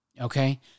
okay